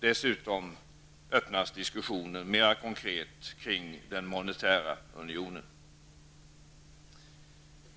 Dessutom öppnas diskussioner mera konkret kring den monetära unionen.